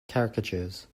caricatures